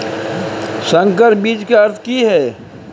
संकर बीज के अर्थ की हैय?